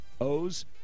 O's